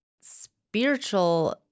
spiritual